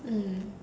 mm